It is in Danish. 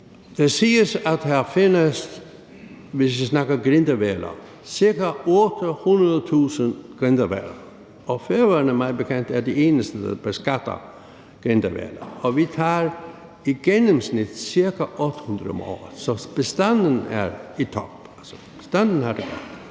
siges det, at der findes, hvis vi taler grindehvaler, ca. 800.000 grindehvaler, og Færøerne er mig bekendt de eneste, der beskatter grindehvaler, og vi tager i gennemsnit ca. 800 om året. Så bestanden er i top; bestanden har det